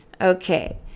Okay